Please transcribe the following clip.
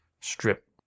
strip